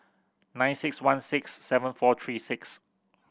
nine six one six seven four three six